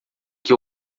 que